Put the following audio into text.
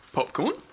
Popcorn